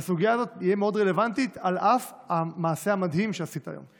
והסוגיה הזו תהיה מאוד רלוונטית על אף המעשה המדהים שעשית היום.